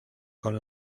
con